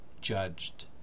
judged